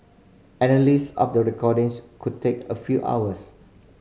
analysis of the recordings could take a few hours